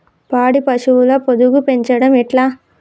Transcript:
పాడి పశువుల పొదుగు పెంచడం ఎట్లా?